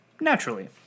naturally